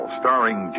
starring